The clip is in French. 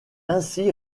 ainsi